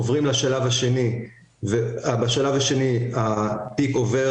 עוברים לשלב השני ובשלב השני התיק עובר